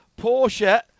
porsche